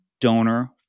donor